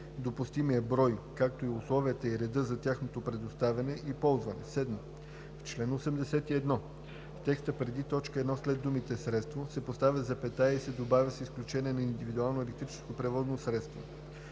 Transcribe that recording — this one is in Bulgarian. допустимия брой, както и условията и редът за тяхното предоставяне и ползване. 7. В чл. 81, в текста преди т. 1 след думата „средство“ се поставя запетая и се добавя „с изключение на индивидуално електрическо превозно средство“.